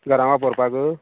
घरां वापरपाक